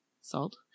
salt